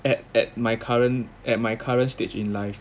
at at my current at my current stage in life